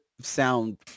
sound